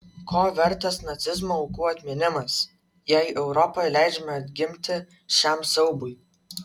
ko vertas nacizmo aukų atminimas jei europoje leidžiama atgimti šiam siaubui